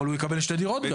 אבל הוא יקבל שתי דירות.